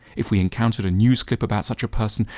if we encountered a news clip about such a person,